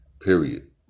Period